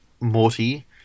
Morty